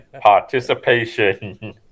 Participation